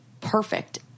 perfect